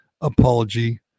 apology